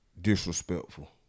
disrespectful